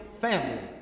family